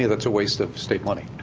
you know it's a waste of state money.